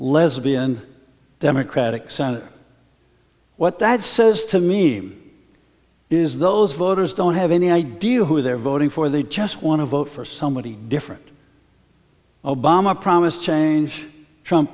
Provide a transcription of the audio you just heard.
lesbian democratic senator what that says to me is those voters don't have any idea who they're voting for they just want to vote for somebody different obama promised change